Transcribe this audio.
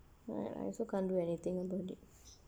I also can't do anything about it